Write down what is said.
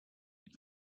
and